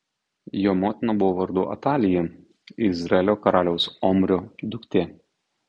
jo motina buvo vardu atalija izraelio karaliaus omrio duktė